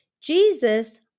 jesus